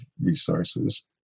resources